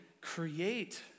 create